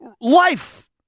life